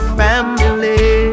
family